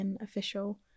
official